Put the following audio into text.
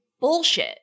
bullshit